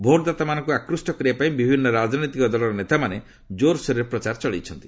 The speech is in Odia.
ଭୋଟ୍ଦାତାମାନଙ୍କୁ ଆକୃଷ୍ଟ କରିବା ପାଇଁ ବିଭିନ୍ନ ରାଜନୈତିକ ଦଳର ନେତାମାନେ ଜୋର୍ସୋର୍ରେ ପ୍ରଚାର ଚଳାଇଛନ୍ତି